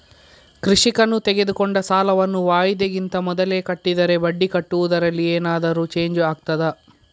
ಕೃಷಿಕನು ತೆಗೆದುಕೊಂಡ ಸಾಲವನ್ನು ವಾಯಿದೆಗಿಂತ ಮೊದಲೇ ಕಟ್ಟಿದರೆ ಬಡ್ಡಿ ಕಟ್ಟುವುದರಲ್ಲಿ ಏನಾದರೂ ಚೇಂಜ್ ಆಗ್ತದಾ?